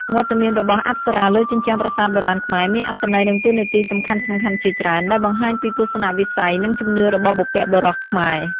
វត្តមានរបស់អប្សរាលើជញ្ជាំងប្រាសាទបុរាណខ្មែរ មានអត្ថន័យ និងតួនាទីសំខាន់ៗជាច្រើន ដែលបង្ហាញពីទស្សនៈវិស័យ និងជំនឿរបស់បុព្វបុរសខ្មែរ។